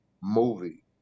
movie